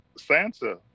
sansa